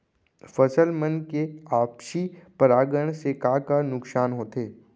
फसल मन के आपसी परागण से का का नुकसान होथे?